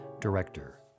director